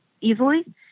easily